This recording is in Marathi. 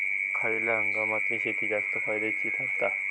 खयल्या हंगामातली शेती जास्त फायद्याची ठरता?